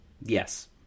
Yes